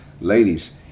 Ladies